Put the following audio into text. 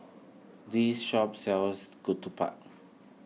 this shop sells Ketupat